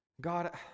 God